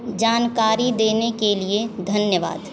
जानकारी देने के लिए धन्यवाद